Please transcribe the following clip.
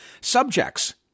subjects